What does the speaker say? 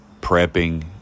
prepping